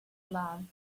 love